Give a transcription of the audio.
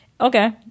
Okay